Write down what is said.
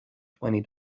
twenty